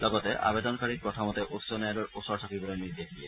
লগতে আবেদনকাৰীক প্ৰথমতে উচ্চ ন্যায়ালয়ৰ ওচৰ চাপিবলৈ নিৰ্দেশ দিয়ে